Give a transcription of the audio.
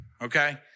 Okay